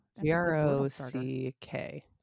g-r-o-c-k